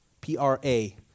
P-R-A